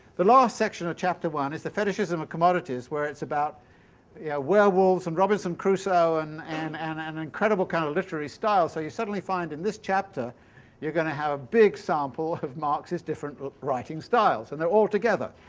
the last section of chapter one is the fetishism of commodities, where it's about yeah werewolves and robinson crusoe, in and and and an incredible kind of literary style. so you suddenly find in this chapter you're going to have a big sample of marx's different writing styles. and they are all together.